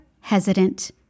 hesitant